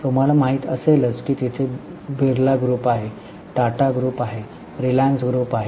तुम्हाला माहिती असेलच की तिथे बिर्ला ग्रुप आहे टाटा ग्रुप आहे रिलायन्स ग्रुप आहे